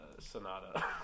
Sonata